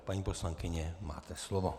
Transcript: Paní poslankyně, máte slovo.